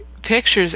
pictures